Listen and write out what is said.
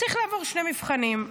צריך לעבור שני מבחנים.